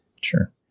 Sure